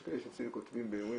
יש כאלה שכותבים באירועים,